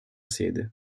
sede